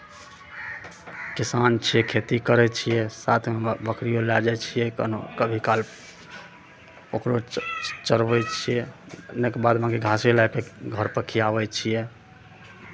किसान छियै खेती करै छियै साथमे बकरिओ लए जाइ छियै कन्हु कभी काल ओकरो चर चरबै छियै लेकिन बाद बाँकी घासे लए कऽ घरपर खियाबै छियै